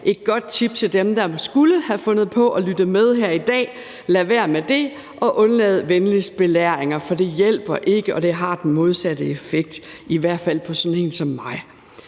Et godt tip til dem, der skulle have fundet på at lytte med her i dag, er: Lad være med det, og undlad venligst belæringer, for det hjælper ikke, og det har den modsatte effekt, i hvert fald på sådan en som mig.